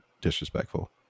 Disrespectful